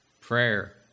Prayer